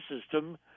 system